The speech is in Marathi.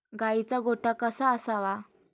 गाईचा गोठा कसा असावा?